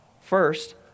First